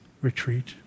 retreat